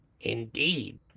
Indeed